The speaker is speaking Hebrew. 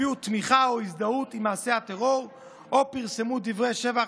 הביעו תמיכה או הזדהות עם מעשה הטרור או פרסמו דברי שבח,